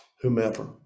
whomever